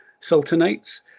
sultanates